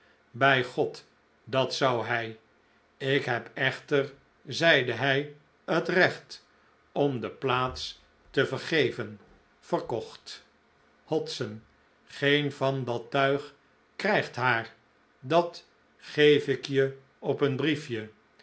bij god dat zou hij ik heb echter zeide hij het recht om de plaats te vergeven verkocht hodson geen van dat tuig krijgt haar dat geef ik je op een brief